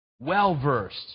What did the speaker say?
Well-versed